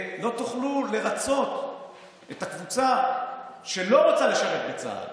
לא תוכלו לרצות את הקבוצה שלא רוצה לשרת בצה"ל